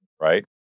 Right